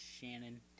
Shannon